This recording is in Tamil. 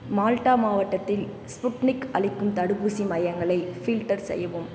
மால்டா மாவட்டத்தில் ஸ்புட்னிக் அளிக்கும் தடுப்பூசி மையங்களை ஃபில்டர் செய்யவும்